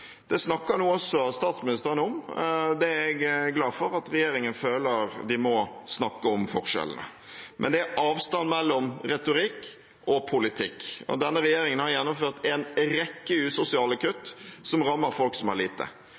Det snakker nå også statsministeren om. Jeg er glad for at regjeringen føler at de må snakke om forskjellene, men det er avstand mellom retorikk og politikk. Denne regjeringen har gjennomført en rekke usosiale kutt, som rammer folk som har lite: